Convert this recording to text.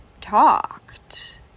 talked